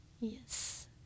Yes